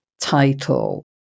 title